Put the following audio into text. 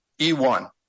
E1